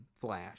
Flash